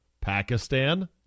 Pakistan